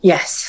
Yes